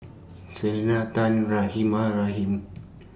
Selena Tan Rahimah Rahim